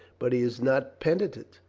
but he is not penitent?